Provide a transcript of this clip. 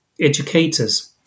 educators